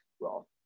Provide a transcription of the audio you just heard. role